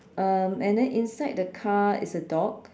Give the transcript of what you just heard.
um and then inside the car is a dog